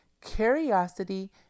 curiosity